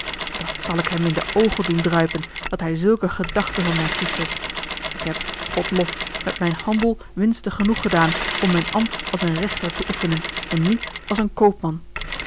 dat zal ik hem in de oogen doen druipen dat hij zulke gedachten van mij koestert ik heb god lof met mijn handel winste genoeg gedaan om mijn ambt als een rechter te oefenen en niet als een koopman